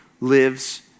lives